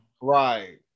Right